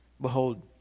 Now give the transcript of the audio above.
Behold